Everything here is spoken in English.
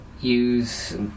use